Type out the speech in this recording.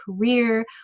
career